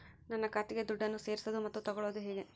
ನನ್ನ ಖಾತೆಗೆ ದುಡ್ಡನ್ನು ಸೇರಿಸೋದು ಮತ್ತೆ ತಗೊಳ್ಳೋದು ಹೇಗೆ?